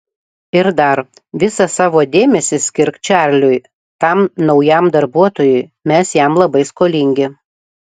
ir dar visą savo dėmesį skirk čarliui tam naujam darbuotojui mes jam labai skolingi